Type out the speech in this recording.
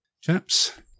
Chaps